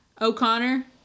O'Connor